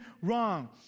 wrong